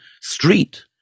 street